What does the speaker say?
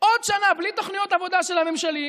עוד שנה בלי תוכניות עבודה של המשרדים,